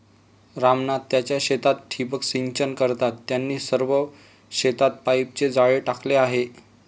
राम नाथ त्यांच्या शेतात ठिबक सिंचन करतात, त्यांनी सर्व शेतात पाईपचे जाळे टाकले आहे